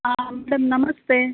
ಹಾಂ ಮೇಡಮ್ ನಮಸ್ತೆ